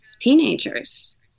teenagers